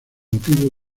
motivo